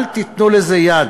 אל תיתנו לזה יד.